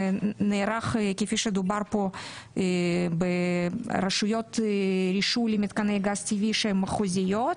זה נערך כפי שדובר פה ברשויות רישוי למתקני גז טבעי שהן מחוזיות,